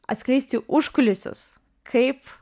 atskleisti užkulisius kaip